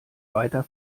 weiter